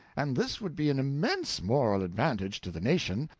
and this would be an immense moral advantage to the nation,